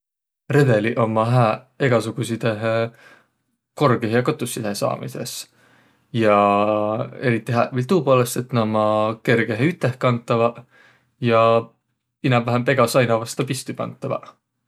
Redeliq ummaq hääq egäsugutsidõhe korgihe kotusidõhe saamisõs. Ja eriti hääq viil tuu poolõst, et näq ummaq kergehe ütehkantavaq ja inämb-vähämb egä saina vasta pistü pantavaq.